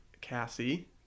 Cassie